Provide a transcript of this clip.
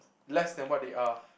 less than what they are